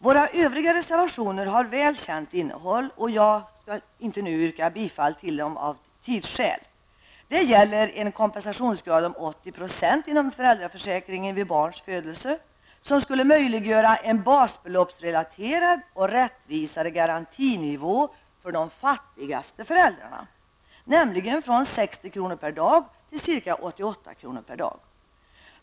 Våra övriga reservationer har väl känt innehåll, men av tidsskäl yrkar jag inte bifall till dem. Det gäller en kompensationsgrad på 80 % inom föräldraförsäkringen vid barns födelse, vilket skulle möjliggöra en basbeloppsrelaterad och rättvisare garantinivå för de fattigaste föräldrarna, nämligen från 60 kr. per dag till ca 88 kr. per dag.